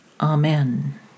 Amen